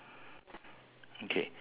one leg without stocking